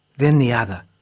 then the other.